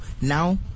now